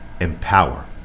empower